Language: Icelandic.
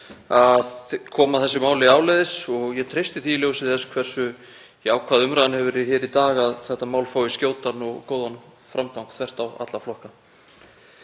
að koma þessu máli áleiðis. Ég treysti því, í ljósi þess hversu jákvæð umræðan hefur verið hér í dag, að þetta mál fái skjótan og góðan framgang þvert á alla flokka.